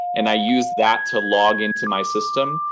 and i use that to log into my system.